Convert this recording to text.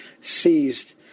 seized